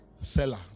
Seller